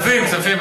כספים, כספים.